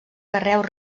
carreus